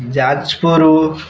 Jajpur